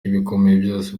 bikomeye